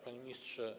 Panie Ministrze!